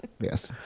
Yes